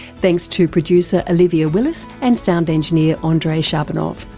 thanks to producer olivia willis and sound engineer, ah andrei shabunov.